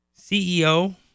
CEO